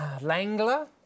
Langler